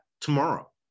tomorrow